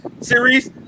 series